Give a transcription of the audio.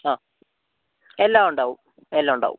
ആ എല്ലാം ഉണ്ടാവും എല്ലാം ഉണ്ടാവും